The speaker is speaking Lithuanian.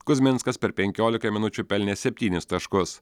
kuzminskas per penkiolika minučių pelnė septynis taškus